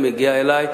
מגיע אלי,